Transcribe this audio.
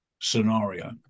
Scenario